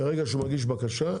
ברגע שהוא מגיש בקשה,